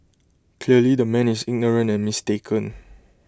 clearly the man is ignorant and mistaken